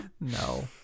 no